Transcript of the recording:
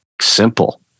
simple